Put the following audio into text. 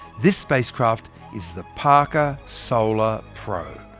this spacecraft is the parker solar probe.